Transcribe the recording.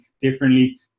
differently